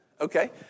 Okay